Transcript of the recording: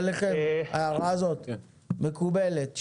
ההערה הזאת מקובלת עליכם?